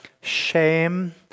shame